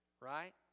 right